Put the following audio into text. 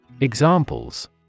Examples